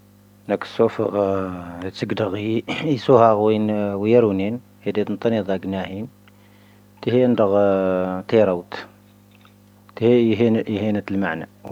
ⵏⴰⴽⵙⵓⴼⴰⵇⴰ ⵜⵙⵢⴳⴷⴰⵇⵉ ⵉⵙⵓⵀⴰⵇⴻⵏ ⵢⴰⵔⵓⵏⵉⵏ,. ⵀⴻⴷⴻ ⴷⵉⵏⵜⴰⵏⴻⵣⴰⵇ ⵏⴰⵀⵉⵏ,. ⵜⴻⵀⵉⵏ ⴷⴰⴳⴰ ⵜⴻⵀⵔⴰⵓⵜ,. ⵜⴻⵀⵉⵏ ⵢⵉⵀⴻⵏⴰⵜ ⵍⵉⵎⴰ'ⵏⴰ.